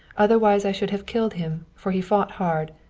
other wise i should have killed him, for he fought hard.